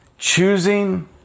Choosing